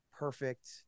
perfect